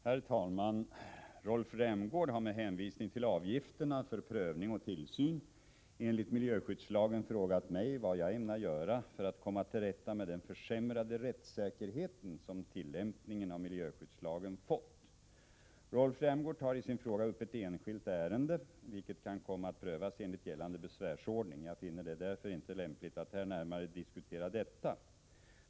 Herr talman! Rolf Rämgård har med hänvisning till avgifterna för prövning och tillsyn enligt miljöskyddslagen frågat mig vad jag ämnar göra för att komma till rätta med den försämrade rättssäkerhet som tillämpningen av miljöskyddslagen fått till följd. Rolf Rämgård tar i sin fråga upp ett enskilt ärende vilket kan komma att prövas enligt gällande besvärsordning. Jag finner det därför inte lämpligt att här närmare diskutera detta.